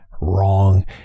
wrong